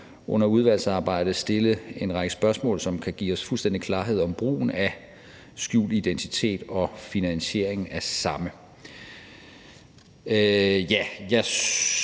under udvalgsarbejdet stille en række spørgsmål, som kan give os fuldstændig klarhed om brugen af skjult identitet og finansieringen af samme.